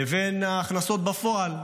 לבין ההכנסות בפועל,